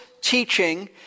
teaching